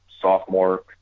sophomore